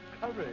Courage